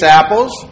apples